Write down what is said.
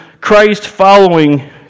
Christ-following